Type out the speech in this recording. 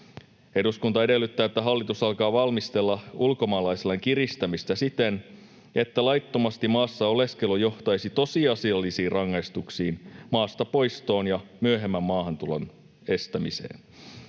”Eduskunta edellyttää, että hallitus alkaa valmistella ulkomaalaislain kiristämistä siten, että laittomasti maassa oleskelu johtaisi tosiasiallisiin rangaistuksiin, maasta poistoon ja myöhemmän maahantulon estämiseen.”